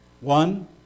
One